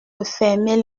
refermer